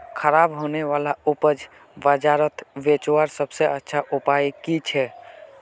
ख़राब होने वाला उपज बजारोत बेचावार सबसे अच्छा उपाय कि छे?